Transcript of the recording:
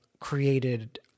created